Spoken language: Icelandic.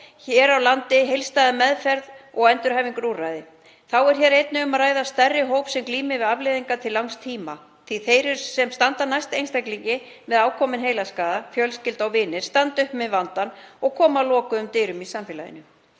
hér á landi heildstæða meðferð og endurhæfingarúrræði. Þá er einnig um að ræða stærri hóp sem glímir við afleiðingar til langs tíma því að þeir sem standa næst einstaklingi með ákominn heilaskaða, fjölskylda og vinir, standa uppi með vandann og koma að lokuðum dyrum í samfélaginu.